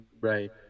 Right